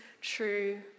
true